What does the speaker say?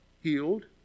healed